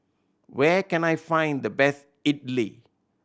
where can I find the best Idili